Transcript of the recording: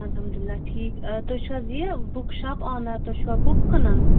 الحمدُ اللہ ٹھیٖک تُہۍ چھُو حظ یہِ بُک شاپ آنَر تُہۍ چھُوا بُک کٕنان